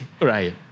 Right